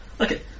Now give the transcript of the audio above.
Okay